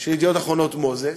של "ידיעות אחרונות", מוזס,